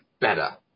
Better